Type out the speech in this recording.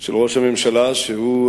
של ראש הממשלה, הוא,